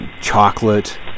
chocolate